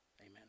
Amen